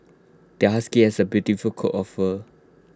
their husky has A beautiful coat of fur